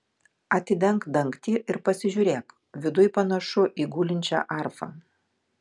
atidenk dangtį ir pasižiūrėk viduj panašu į gulinčią arfą